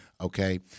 Okay